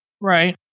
Right